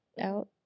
out